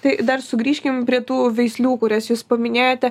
tai dar sugrįžkim prie tų veislių kurias jūs paminėjote